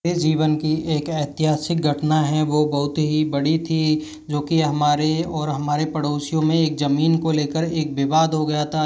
मेरे जीवन की एक ऐतिहासिक घटना है वो बहुत ही बड़ी थी जो कि हमारे और हमारे पड़ोसियों में एक ज़मीन को लेकर एक विवाद हो गया था